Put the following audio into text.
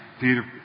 Peter